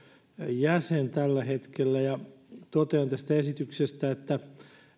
jäsen tällä hetkellä totean tästä esityksestä että